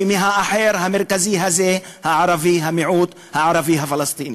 והאחר המרכזי הזה הערבי, המיעוט הערבי הפלסטיני.